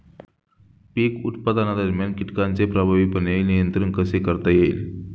पीक उत्पादनादरम्यान कीटकांचे प्रभावीपणे नियंत्रण कसे करता येईल?